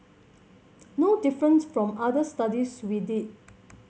no different from other studies we did